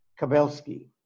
Kabelski